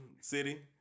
city